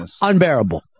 unbearable